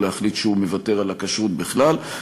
או להחליט שהוא מוותר על הכשרות בכלל.